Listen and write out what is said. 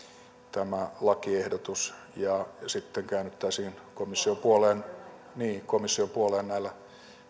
tämä lakiehdotus ja sitten käännyttäisiin komission puoleen niin komission puoleen näillä